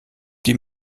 die